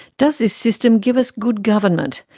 does this system give us good government,